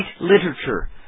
literature